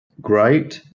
great